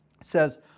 says